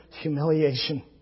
humiliation